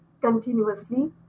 continuously